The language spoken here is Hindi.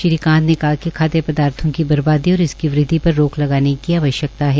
श्री कांत ने कहा कि खाद्य पदार्थो की बर्बादी और इसकी वृद्वि पर रोक लगाने की आवश्यकता है